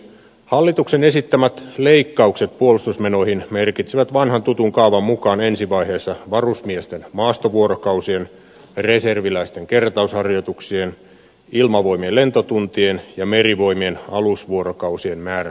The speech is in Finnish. hallituksen esittämät leikkaukset puolustusmenoihin merkitsevät vanhan tutun kaavan mukaan ensi vaiheessa varusmiesten maastovuorokausien reserviläisten kertausharjoituksien ilmavoimien lentotuntien ja merivoimien alusvuorokausien määrän vähentämistä